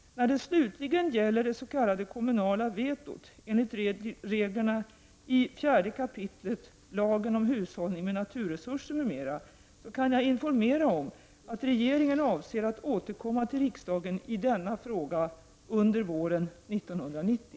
När det slutligen gäller det s.k. kommunala vetot enligt reglerna i 4 kap. lagen om hushållning med naturresurser m.m. kan jag informera om att regeringen avser att återkomma till riksdagen i denna fråga under våren 1990.